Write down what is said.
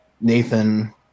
Nathan